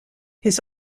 his